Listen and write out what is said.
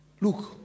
Look